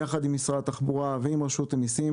יחד עם משרד התחבורה ועם רשות המיסים.